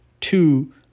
Two